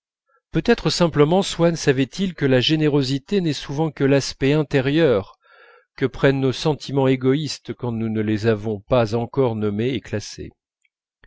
peut-être simplement swann savait-il que la générosité n'est souvent que l'aspect intérieur que prennent nos sentiments égoïstes quand nous ne les avons pas encore nommés et classés